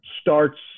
starts